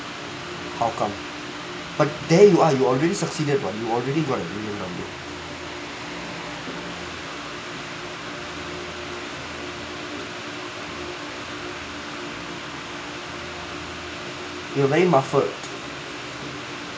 how comes but there you are you already succeeded [what] you already got a B_M_W